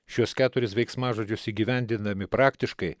šiuos keturis veiksmažodžius įgyvendindami praktiškai